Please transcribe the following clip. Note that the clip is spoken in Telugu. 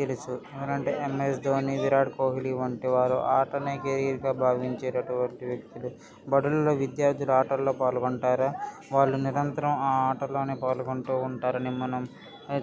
తెలుసు ఎవరంటే ఎమ్ఎస్ ధోని విరాట్ కొహ్లీ వంటి వారు ఆటనే కెరీర్గా భావించేటటువంటి వ్యక్తులు బడులలో విద్యార్థులు ఆటలలో పాల్గొంటారు వాళ్ళు నిరంతరం ఆ ఆటలలోనే పాల్గొంటూ ఉంటారని మనం